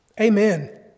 amen